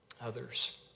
others